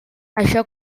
això